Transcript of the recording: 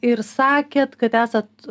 ir sakėt kad esat